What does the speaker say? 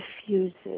diffuses